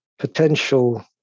Potential